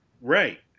right